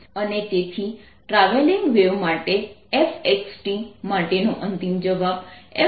અને તેથી travelling wave માટે f x t માટેનો અંતિમ જવાબ fxt0